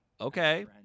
Okay